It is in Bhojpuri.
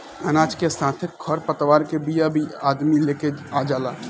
अनाज के साथे खर पतवार के बिया भी अदमी लेके आ जाला